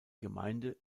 gemeinde